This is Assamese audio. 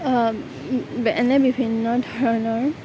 এনে বিভিন্ন ধৰণৰ